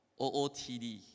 OOTD